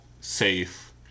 safe